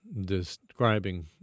describing